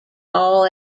all